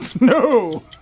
No